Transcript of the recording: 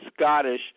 Scottish